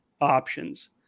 options